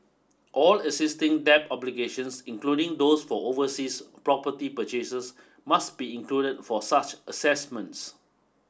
all existing debt obligations including those for overseas property purchases must be included for such assessments